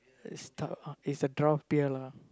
is th~ is the draft beer lah